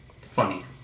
Funny